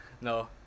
no